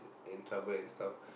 in trouble and stuff